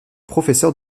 professeur